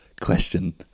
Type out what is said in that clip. question